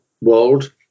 world